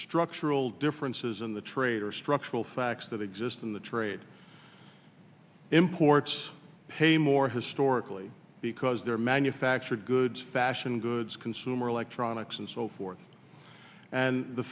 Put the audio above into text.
structural differences in the trade or structural facts that exist in the trade imports pay more historically because they're manufactured goods fashion goods consumer electronics and so forth and the